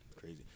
Crazy